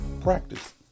practice